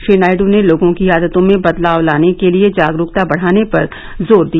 श्री नायडू ने लोगों की आदतों में बदलाव लाने के लिए जागरूकता बढाने पर जोर दिया